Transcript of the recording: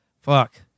fuck